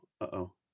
uh-oh